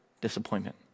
disappointment